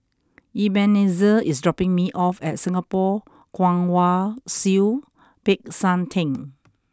Ebenezer is dropping me off at Singapore Kwong Wai Siew Peck San Theng